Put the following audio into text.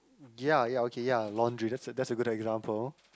ya ya okay ya laundry that's a that's a good example